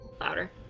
Louder